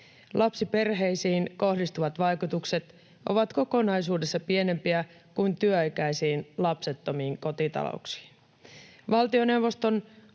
Lapsiperheisiin kohdistuvat vaikutukset ovat kokonaisuudessa pienempiä kuin työikäisiin lapsettomiin kotitalouksiin.